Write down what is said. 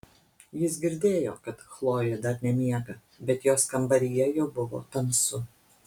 jis girdėjo kad chlojė dar nemiega bet jos kambaryje jau buvo tamsu